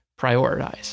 prioritize